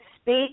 Speak